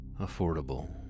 Affordable